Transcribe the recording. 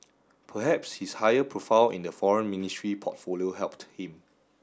perhaps his higher profile in the Foreign Ministry portfolio helped him